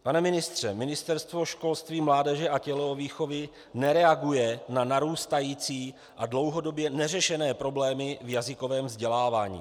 Pane ministře, Ministerstvo školství, mládeže a tělovýchovy nereaguje na narůstající a dlouhodobě neřešené problémy v jazykovém vzdělávání.